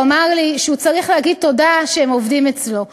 הוא אמר לי שהוא צריך להגיד תודה שהם עובדים אצלו,